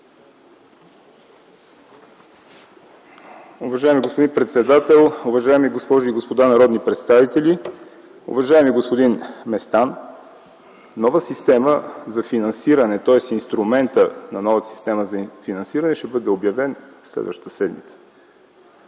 Уважаеми господин председател, уважаеми госпожи и господа народни представители, уважаеми господин Местан! Нова система за финансиране – тоест инструментът на новата система за финансиране ще бъде обявен следващата седмица.